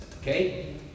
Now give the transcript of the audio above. okay